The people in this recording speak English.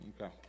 okay